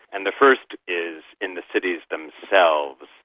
and the first is in the cities themselves.